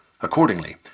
Accordingly